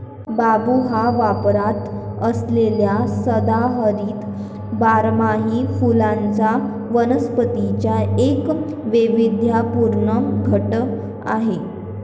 बांबू हा वापरात असलेल्या सदाहरित बारमाही फुलांच्या वनस्पतींचा एक वैविध्यपूर्ण गट आहे